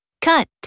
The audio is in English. cut